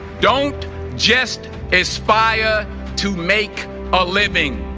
don't just aspire to make a living